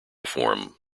form